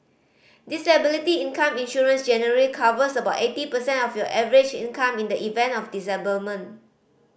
disability income insurance generally covers about eighty percent of your average income in the event of disablement